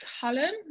Cullen